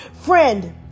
Friend